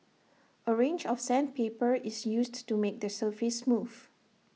A range of sandpaper is used to make the surface smooth